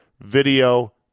video